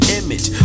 image